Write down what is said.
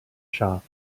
shop